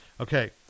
okay